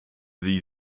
sie